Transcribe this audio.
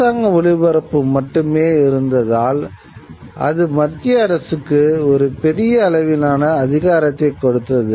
அரசாங்க ஒளிபரப்பு மட்டுமே இருந்ததால் அது மத்திய அரசுக்கு ஒரு பெரிய அளவிலான அதிகாரத்தை கொடுத்தது